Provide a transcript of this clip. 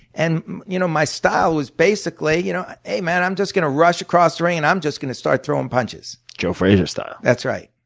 and you know my style was basically you know hey man, i'm just gonna rush across the ring and i'm just gonna start throwing punches. joe frazier style. that's right.